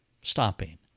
stopping